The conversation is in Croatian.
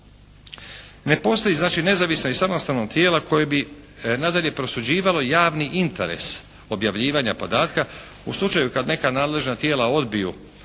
Ne postoji znači nezavisno i samostalno tijelo koje bi nadalje prosuđivalo javni interes objavljivanja podatka u slučaju kad neka nadležna tijela odbiju